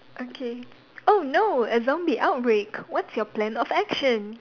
okay oh no a zombie outbreak what's your plan of action